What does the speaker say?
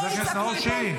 אי-אפשר כך שהיא תשקר.